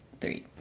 three